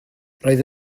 roedd